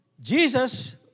Jesus